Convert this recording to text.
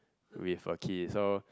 with a key so